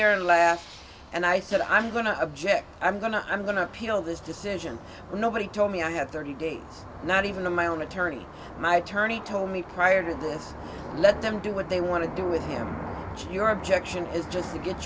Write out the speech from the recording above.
there and laughed and i said i'm going to object i'm going to i'm going to appeal this decision nobody told me i had thirty days not even in my own attorney my attorney told me prior to this let them do what they want to do with him and your objection is just to get